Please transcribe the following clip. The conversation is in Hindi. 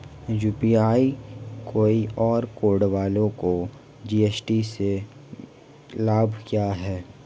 यू.पी.आई क्यू.आर कोड वालों को जी.एस.टी में लाभ क्या है?